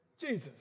Jesus